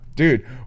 Dude